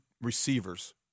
receivers